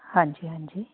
ਹਾਂਜੀ ਹਾਂਜੀ